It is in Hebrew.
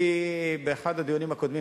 כי באחד הדיונים הקודמים,